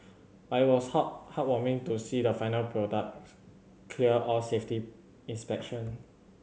but it was heart heartwarming to see the final product clear all safety inspection